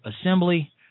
assembly